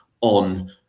on